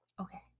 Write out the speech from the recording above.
okay